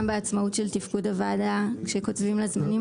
בעצמאות של תפקוד הוועדה שקוצבים לה זמנים,